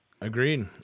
Agreed